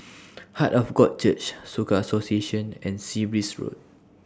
Heart of God Church Soka Association and Sea Breeze Road